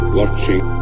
watching